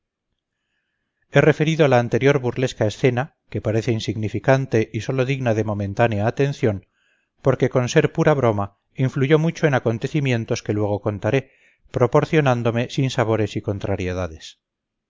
referido la anterior burlesca escena que parece insignificante y sólo digna de momentánea atención porque con ser pura broma influyó mucho en acontecimientos que luego contaré proporcionándome sinsabores y contrariedades